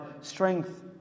strength